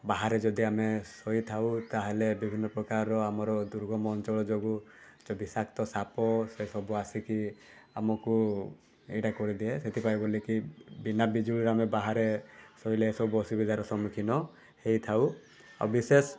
ବାହାରେ ଯଦି ଆମେ ଶୋଇଥାଉ ତା'ହେଲେ ବିଭିନ୍ନ ପ୍ରକାର ଆମ ଦୁର୍ଗମ ଅଞ୍ଚଳ ଯୋଗୁଁ ଯେଉଁ ବିଷାକ୍ତ ସାପ ସେ ସବୁ ଆସିକି ଆମକୁ ଏଇଟା କରିଦିଏ ସେଥିପାଇଁ ବୋଲିକି ବିନା ବିଜୁଳିରେ ଆମେ ବାହାରେ ଶୋଇଲେ ସବୁ ଅସୁବିଧାର ସମ୍ମୁଖୀନ ହେଇଥାଉ ଆଉ ବିଶେଷ